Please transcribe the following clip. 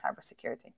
cybersecurity